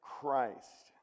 Christ